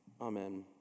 Amen